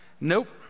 Nope